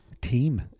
Team